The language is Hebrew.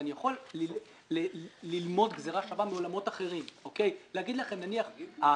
אם הוא לקח את ההלוואה בשקלים, אסור לו להחזיר את